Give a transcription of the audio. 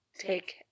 take